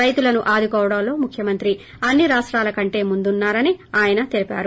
రైతులను ఆదుకోవడంలో ముఖ్యమంత్రి అన్ని రాష్టాల కంటే ముందున్నా రని ఆయన తెలిపారు